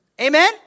Amen